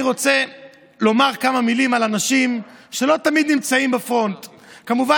אני רוצה לומר כמה מילים על אנשים שלא תמיד נמצאים בפרונט: כמובן,